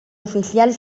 oficial